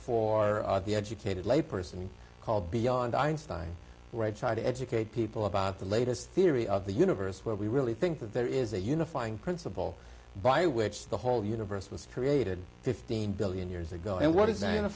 for the educated layperson called beyond einstein right try to educate people about the latest theory of the universe where we really think that there is a unifying principle by which the whole universe was created fifteen billion years ago and what